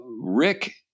Rick